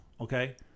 okay